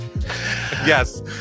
yes